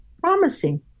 promising